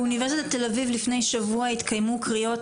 באונ' תל אביב לפני שבוע נקראו קריאות